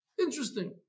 interesting